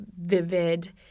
vivid